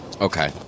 Okay